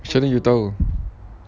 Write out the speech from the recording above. macam mana you [tau]